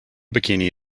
bikini